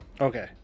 Okay